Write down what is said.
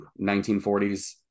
1940s